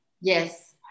Yes